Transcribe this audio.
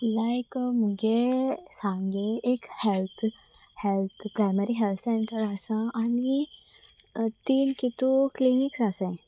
लायक मुगे सांगे एक health health primary health centre आसा आनी तीन कितू क्लिनिक्स आसा